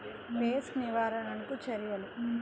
Pest నివారణకు చర్యలు?